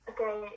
Okay